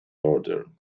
order